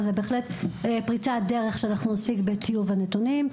זוהי בהחלט פריצת דרך שאנחנו עושים בטיוב הנתונים,